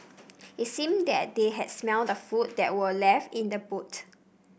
it seemed that they had smelt the food that were left in the boot